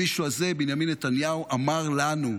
המישהו הזה, בנימין נתניהו, אמר לנו: